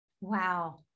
Wow